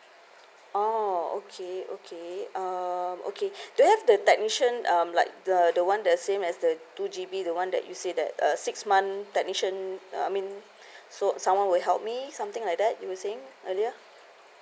oh okay okay um okay do you have the technician um like the the one the same as the two G_B the one that you said that a six month technician uh I mean so someone will help me something like that you were saying earlier